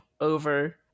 over